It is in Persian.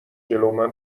جلومن